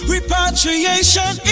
Repatriation